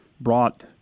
brought